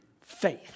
faith